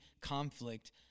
conflict